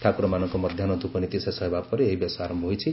ଠାକୁରମାନଙ୍କ ମଧ୍ଧାହ୍ ଧ୍ରପନୀତି ଶେଷ ହେବାପରେ ଏହି ବେଶ ଆରୟ ହୋଇଛି